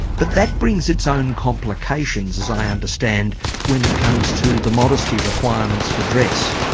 but that brings its own complications, as i understand when it comes to the modesty requirements for dress?